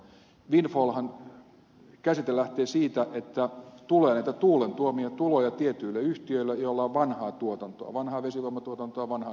windfall käsitehän lähtee siitä että tulee näitä tuulen tuomia tuloja tietyille yhtiöille joilla on vanhaa tuotantoa vanhaa vesivoimatuotantoa vanhaa ydinvoimatuotantoa